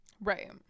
right